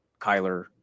Kyler